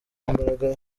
imbaraga